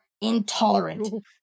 intolerant